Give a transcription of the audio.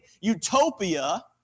utopia